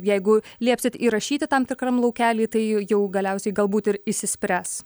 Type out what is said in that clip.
jeigu liepsit įrašyti tam tikram laukely tai jau galiausiai galbūt ir išsispręs